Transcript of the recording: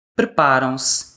preparam-se